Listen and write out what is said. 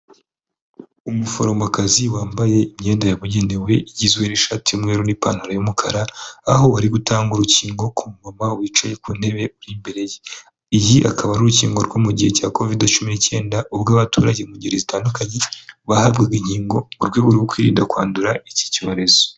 Umuforomokazi wambaye imyenda yabugenewe igizwe n'ishati y'umweru n'ipantaro y'umukara, aho ari gutanga urukingo ku mumama wicaye ku ntebe uri imbere ye, iyi akaba ari urukingo rwo mu gihe cya covide cumi n'icyenda, ubwo abaturage mu ngeri zitandukanye bahabwaga inkingo mu rwego rwo kwirinda kwandura iki cyorezo.